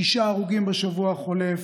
שישה הרוגים בשבוע החולף.